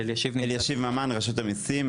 אני אלישיב ממן, רשות המיסים.